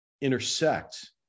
intersect